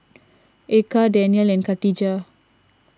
Eka Danial and Katijah